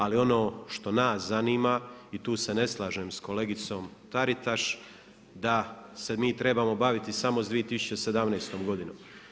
Ali ono što nas zanima i tu se ne slažem sa kolegicom Taritaš da se mi trebamo baviti samo s 2017. godinom.